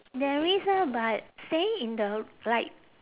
there is ah but staying in the like